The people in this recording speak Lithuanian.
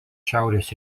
šiaurės